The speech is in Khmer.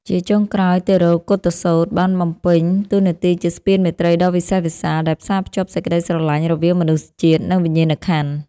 ជាចុងក្រោយ តិរោកុឌ្ឍសូត្របានបំពេញតួនាទីជាស្ពានមេត្រីដ៏វិសេសវិសាល ដែលផ្សារភ្ជាប់សេចក្ដីស្រឡាញ់រវាងមនុស្សជាតិ និងវិញ្ញាណក្ខន្ធ។